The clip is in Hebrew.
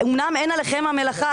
אומנם אין עליכם המלאכה,